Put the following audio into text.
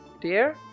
dear